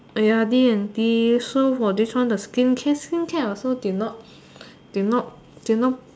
uh ya D and D so for this one the skincare skincare I also did not did not did not